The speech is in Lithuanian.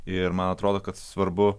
ir man atrodo kad svarbu